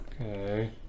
Okay